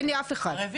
אין לי אף אחד.